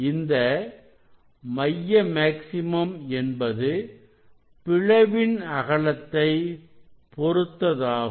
இந்த இந்த மைய மேக்சிமம் என்பது பிளவின் அகலத்தை பொருத்ததாகும்